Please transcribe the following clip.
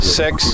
six